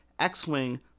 X-Wing